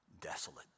desolate